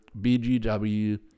BGW